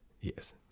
Yes